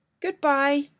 goodbye